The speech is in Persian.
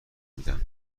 میدن